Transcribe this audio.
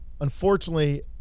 unfortunately